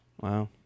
Wow